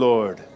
Lord